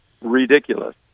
ridiculous